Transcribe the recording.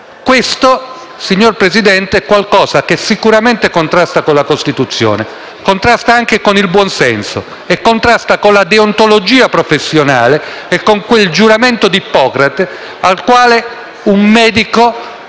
sensate, signor Presidente, è qualcosa che sicuramente contrasta con la Costituzione. Contrasta anche con il buon senso e con la deontologia professionale, con quel giuramento di Ippocrate a cui un medico